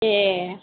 ए